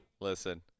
Listen